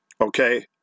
okay